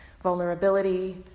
Vulnerability